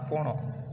ଆପଣ